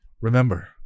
Remember